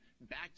back